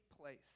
place